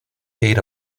aid